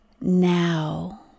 now